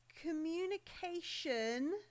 communication